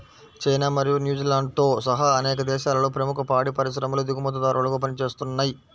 China మరియు న్యూజిలాండ్తో సహా అనేక దేశాలలో ప్రముఖ పాడి పరిశ్రమలు దిగుమతిదారులుగా పనిచేస్తున్నయ్